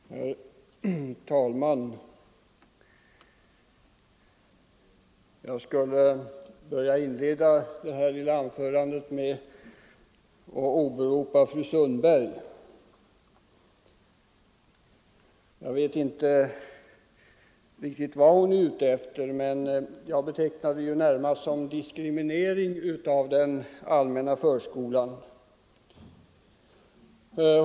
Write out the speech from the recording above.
Herr talman! Jag vill inleda det här lilla anförandet med att åberopa fru Sundbergs inlägg. Jag vet inte riktigt vad hon är ute efter, men jag betecknar hennes uttalanden närmast som en diskriminering av den allmänna förskolan.